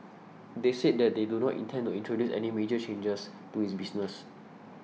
they said that they do not intend to introduce any major changes to its business